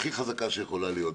הכי חזקה שיכולה להיות.